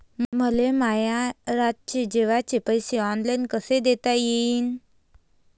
मले माया रातचे जेवाचे पैसे ऑनलाईन कसे देता येईन?